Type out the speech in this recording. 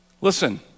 listen